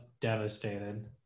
devastated